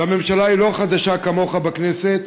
והממשלה היא לא חדשה כמוך בכנסת,